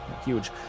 huge